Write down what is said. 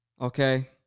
Okay